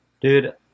Dude